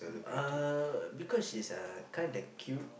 mm uh because she's uh kinda cute